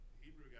Hebrew